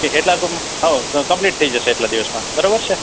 એ એટલા તો હોવ કમ્પ્લીટ થઈ જશે એટલા દિવસમાં બરાબર છે